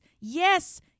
Yes